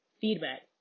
feedback